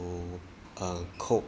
to err cope